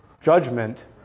judgment